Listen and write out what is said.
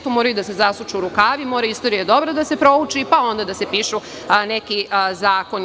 Tu moraju da se zasuču rukavi, mora istorija dobro da se prouči, pa onda da se pišu neki zakoni.